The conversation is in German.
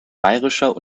bayerischer